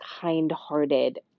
kind-hearted